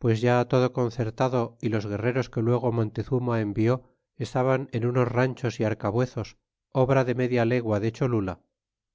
pues ya todo concertado y los guerreros que luego montezuma envió estaban en unos ranchos é arcabuezos obra de media legua de cholula